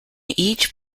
each